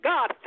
God